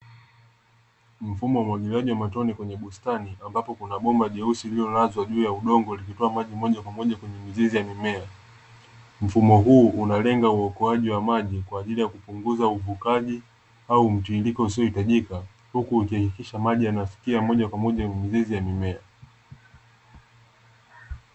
Mfumo wa umwagiliaji wa matone kwenye bustani ambapo kuna bomba jeusi lililolazwa juu ya udongo lililowekwa moja kwa moja kwenye mizizi ya mimea, mfumo huu unalenga uokoaji wa maji katika kupunguza uvukaji au mtirirko usiohitajika huku ukihakikisha maji yanafikia moja kwa moja mzizi ya mimea.